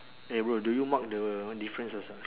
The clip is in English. eh bro do you mark the difference or not